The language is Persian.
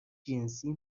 جنسی